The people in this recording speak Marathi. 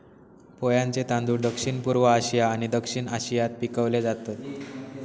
पोह्यांचे तांदूळ दक्षिणपूर्व आशिया आणि दक्षिण आशियात पिकवले जातत